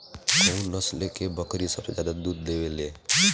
कउन नस्ल के बकरी सबसे ज्यादा दूध देवे लें?